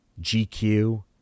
GQ